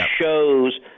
shows